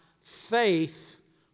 faith